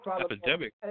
epidemic